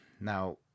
Now